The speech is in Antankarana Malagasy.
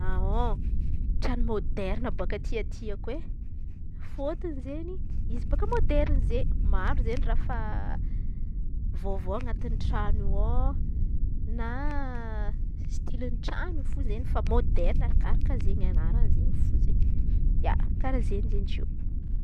tran̈o môderina baka tiàtiako e. Fôtony izen̈y izy bôka môderiny zey maro izen̈y raha vôvô anatiny tran̈o io aô na stiliny tran̈o io zey fô efa môderiny karà karàha zey ny anaran̈y izen̈y.